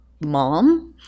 mom